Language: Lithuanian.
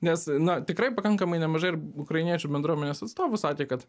nes na tikrai pakankamai nemažai ir ukrainiečių bendruomenės atstovų sakė kad